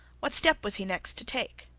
what step was he next to take?